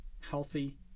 healthy